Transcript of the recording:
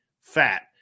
fat